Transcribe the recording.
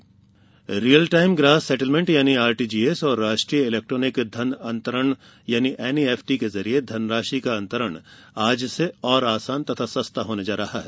NEFT real time gross settlement यानी RTGS और राष्ट्रीय इलेक्ट्रॉनिक धन अंतरण यानी एनईएफटी के जरिए धनराशि का अंतरण आज से और आसान तथा सस्ता होने जा रहा है